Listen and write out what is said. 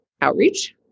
outreach